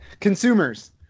Consumers